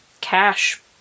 cash